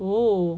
!whoa!